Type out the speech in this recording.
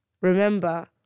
remember